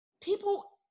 people